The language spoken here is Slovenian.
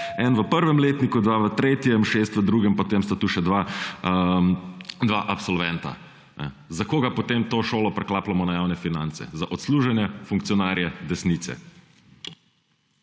Eden v prvem letniku, dva v tretjem, šest v drugem, potem sta tu še dva absolventa. Za koga potem to šolo priklapljamo na javna finance? Za odslužene funkcionarje desnice.